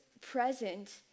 present